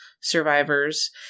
survivors